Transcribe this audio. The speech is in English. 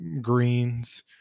greens